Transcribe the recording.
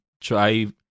try